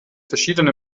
verschiedene